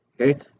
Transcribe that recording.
okay